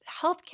healthcare